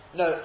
no